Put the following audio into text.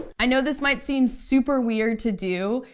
i know this might seem super weird to do,